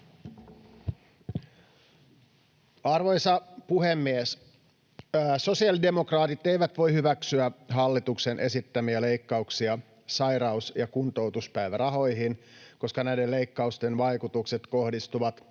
Arvoisa puhemies! Sosiaalidemokraatit eivät voi hyväksyä hallituksen esittämiä leikkauksia sairaus- ja kuntoutuspäivärahoihin, koska näiden leikkausten vaikutukset kohdistuvat